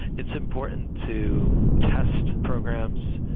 it's important to test programs,